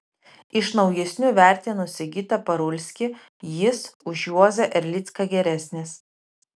iš naujesnių vertinu sigitą parulskį jis už juozą erlicką geresnis